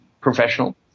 professional